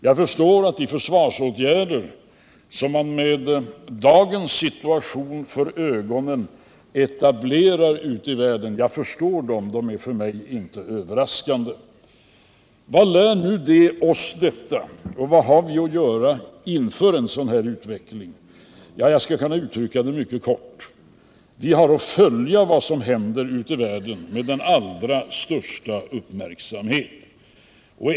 Jag förstår de försvarsåtgärder som man med dagens situation för ögonen etablerar ute i världen — de är för mig inte överraskande. Vad lär oss nu detta, och vad har vi att göra inför en sådan här utveckling? Jag skulle kunna uttrycka det mycket kort: Vi har att följa vad som händer ute i världen med den allra största uppmärksamhet.